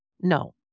No